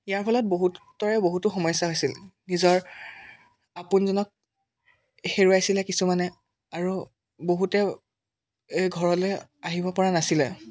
ইয়াৰ ফলত বহুতৰে বহুতো সমস্যা হৈছিল নিজৰ আপোনজনক হেৰুৱাইছিলে কিছুমানে আৰু বহুতে এই ঘৰলৈ আহিব পৰা নাছিলে